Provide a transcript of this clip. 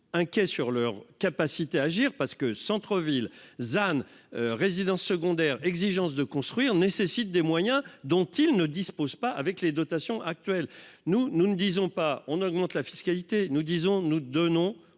inquiets sur leur capacité à agir parce que centre-ville than. Résidences secondaires, exigence de construire nécessite des moyens dont ils ne disposent pas avec les dotations actuelles. Nous, nous ne disons pas on augmente la fiscalité, nous disons, nous donnons